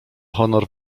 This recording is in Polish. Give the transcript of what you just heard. honor